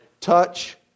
touch